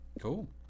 Cool